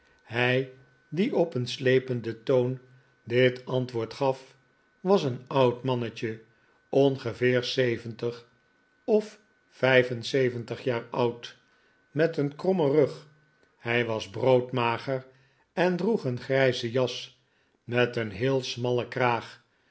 hij die op een slependen toon dit antwoord gaf was een oud mannetje ongeveer zeventig of vijf en zeventig jaar oud met een krommen rug hij was broodmager en droeg een grijze jas met een heel smallen kraag